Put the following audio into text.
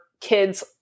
kids